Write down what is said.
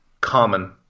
common